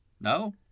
No